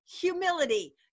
humility